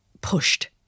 pushed